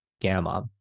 gamma